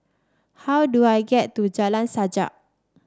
how do I get to Jalan Sajak